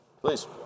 Please